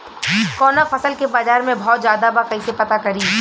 कवना फसल के बाजार में भाव ज्यादा बा कैसे पता करि?